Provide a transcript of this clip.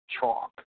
chalk